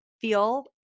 feel